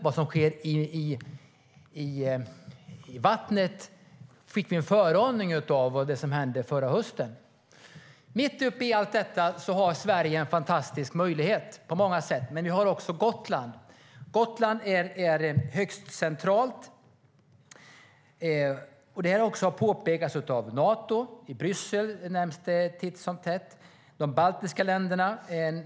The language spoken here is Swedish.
Vad som sker i vattnet fick vi en föraning om i och med det som hände förra hösten. Mitt uppe i allt detta har Sverige en på många sätt fantastisk möjlighet. Vi har också Gotland. Gotland är högst centralt, vilket har påpekats av Nato och nämns titt som tätt i Bryssel.